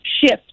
shift